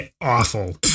awful